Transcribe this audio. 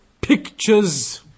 pictures